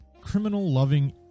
criminal-loving